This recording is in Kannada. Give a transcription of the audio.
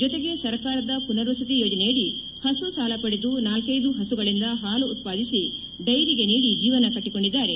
ಜೊತೆಗೆ ಸರ್ಕಾರದ ಪುನರ್ವಸತಿ ಯೋಜನೆಯಡಿ ಹಸು ಸಾಲ ಪಡೆದು ನಾಲ್ವೈದು ಹಸುಗಳಿಂದ ಹಾಲು ಉತ್ಪಾದಿಸಿ ಡೈರಿಗೆ ನೀಡಿ ಜೀವನ ಕಟ್ಟಿಕೊಂಡಿದ್ದಾರೆ